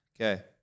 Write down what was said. Okay